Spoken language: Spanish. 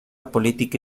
política